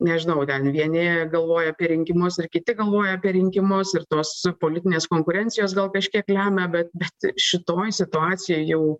nežinau ten vieni galvoja apie rinkimus ir kiti galvoja apie rinkimus ir tos politinės konkurencijos gal kažkiek lemia bet bet šitoj situacijoj jau